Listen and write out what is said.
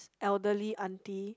elderly aunty